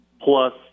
plus